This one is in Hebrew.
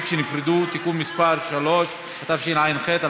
התשס"א 2000)